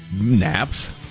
naps